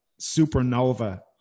supernova